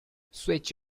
switch